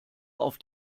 auf